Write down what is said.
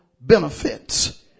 benefits